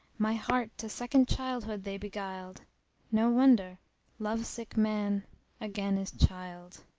my heart to second childhood they beguiled no wonder love sick-man again is child!